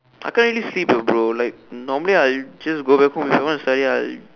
I can't really sleep eh bro like normally I'll just go back home if I want to study I'll